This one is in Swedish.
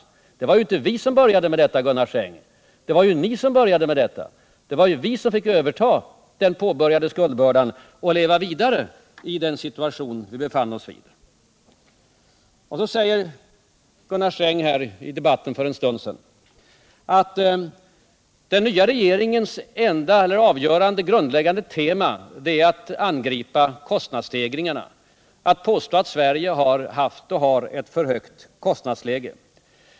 Det var ju inte vi som började med upplåningen, Gunnar Sträng, utan det var ni. Det var vi som fick överta den påbörjade skuldbördan och leva vidare i den situation som landet befann sig i. I debatten före middagspausen sade Gunnar Sträng att den nya regeringens avgörande och grundläggande tema är att angripa kostnadsstegringarna, att påstå att Sverige har haft och har ett för högt kostnadsläge.